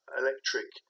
electric